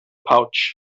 pouch